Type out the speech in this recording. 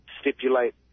stipulate